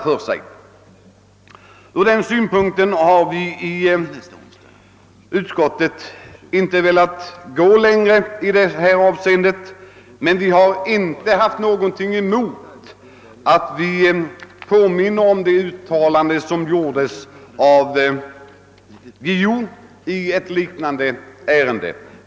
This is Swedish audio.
Med hänsyn till dessa synpunkter har utskottet inte velat gå längre i det aktuella avseendet. Vi har dock velat påminna om det uttalande som gjordes av JO i ett liknande ärende.